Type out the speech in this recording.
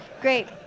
Great